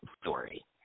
story